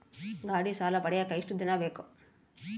ಗಾಡೇ ಸಾಲ ಪಡಿಯಾಕ ಎಷ್ಟು ದಿನ ಬೇಕು?